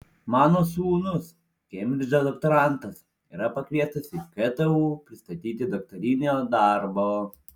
mano sūnus kembridžo doktorantas yra pakviestas į ktu pristatyti daktarinio darbo